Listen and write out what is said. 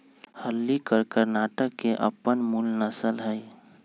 हल्लीकर कर्णाटक के अप्पन मूल नसल हइ